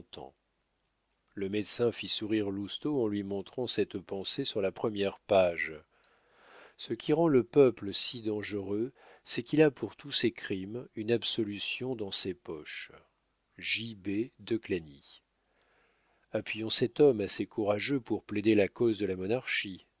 le médecin fit sourire lousteau en lui montrant cette pensée sur la première page ce qui rend le peuple si dangereux c'est qu'il a pour tous ses crimes une absolution dans ses poches j b de clagny appuyons cet homme assez courageux pour plaider la cause de la monarchie